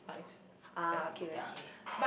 spice spicy yeah but